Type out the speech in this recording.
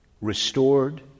Restored